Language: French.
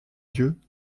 yeux